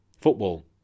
football